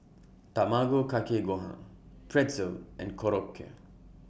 Tamago Kake Gohan Pretzel and Korokke